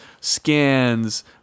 scans